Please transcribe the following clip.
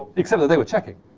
except that they were checking.